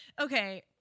Okay